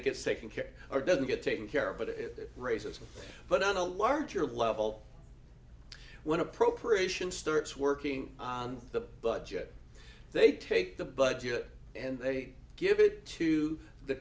it gets taken care or doesn't get taken care of but it raises but on a larger level when appropriation starts working on the budget they take the budget and they give it to the